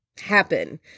happen